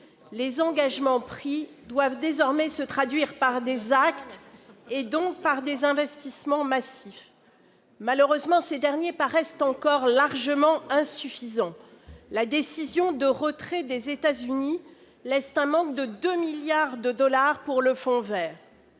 les engagements pris doivent désormais se traduire par des actes, donc, des investissements massifs. Malheureusement, ces derniers paraissent encore largement insuffisants. La décision de retrait des États-Unis laisse un manque de 2 milliards de dollars pour le Fonds vert